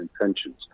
intentions